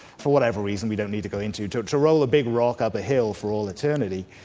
for whatever reason, we don't need to go into, to to roll a big rock up a hill for all eternity.